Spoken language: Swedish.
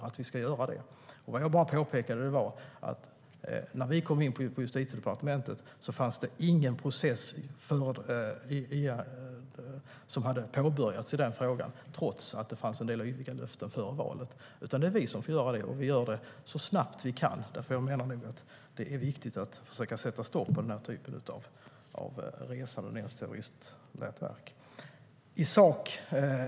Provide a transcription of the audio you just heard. Vad jag påpekade var bara att det när vi kom in på Justitiedepartementet inte fanns någon påbörjad process i den här frågan, trots att det fanns en del yviga löften före valet. Det är i stället vi som får påbörja processen, och vi gör det så snabbt vi kan. Jag menar nämligen att det är viktigt att försöka sätta stopp för den här typen av resande ned till terroristnätverk.